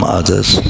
others